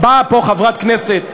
באה פה חברת כנסת,